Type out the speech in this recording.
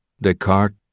Descartes